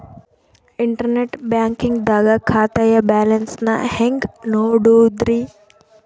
Internet banking ದಾಗ ಖಾತೆಯ balance ನ ಹೆಂಗ್ ನೋಡುದ್ರಿ?